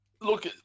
Look